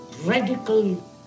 radical